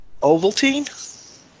Ovaltine